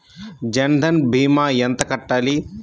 జన్ధన్ భీమా ఎంత కట్టాలి?